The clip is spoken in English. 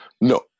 No